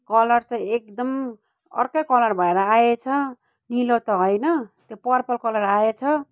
colour त एकदम अर्कै कलर भएर आएछ निलो त होइन त्यो पर्पल कलर आएछ